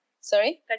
Sorry